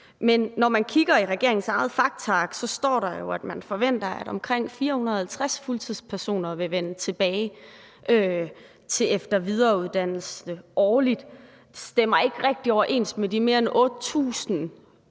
Men når vi kigger i regeringens eget faktaark, står der jo, at man forventer, at omkring 450 fuldtidsansatte årligt vil vende tilbage til efter- og videreuddannelse. Det stemmer ikke rigtig overens med de mere end 8.000